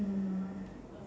mm